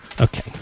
Okay